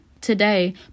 Today